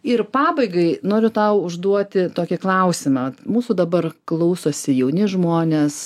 ir pabaigai noriu tau užduoti tokį klausimą mūsų dabar klausosi jauni žmonės